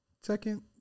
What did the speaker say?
second